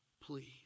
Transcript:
Please